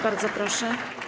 Bardzo proszę.